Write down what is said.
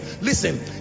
Listen